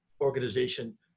organization